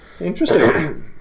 interesting